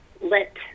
let